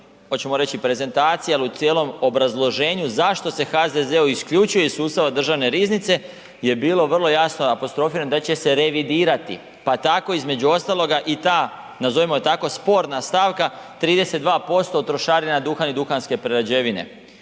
hoćemo reći prezentaciji, ali u cijelom obrazloženju zašto se HZZO isključuje iz sustava Državne riznice je bilo vrlo jasno apostrofirano da će se revidirati. Pa tako i između ostaloga i ta nazovimo je tako sporna stavka, 32% od trošarina na duhan i duhanske prerađevine.